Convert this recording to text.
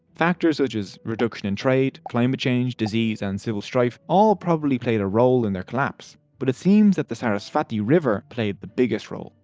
factors such as a reduction in trade, climate change, disease, and civil strife all probably played a role in their collapse. but it seems that the saraswati river played the biggest role.